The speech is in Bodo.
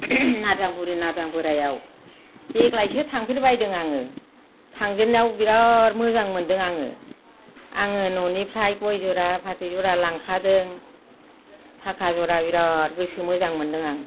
नारजां बुरि नारजां बोराइयाव देग्लायसो थांफेरबायदों आङो थांजेननायाव बिराद मोजां मोन्दों आङो आङो न'निफ्राय गय जरा फाथै जरा लांखादों थाखा जरा बिराद गोसो मोजां मोन्दों आं